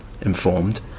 informed